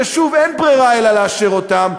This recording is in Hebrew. ששוב, אין ברירה אלא לאשר אותן.